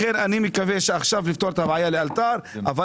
לכן אני מקווה שעכשיו הוא יפתור את הבעיה לאלתר אבל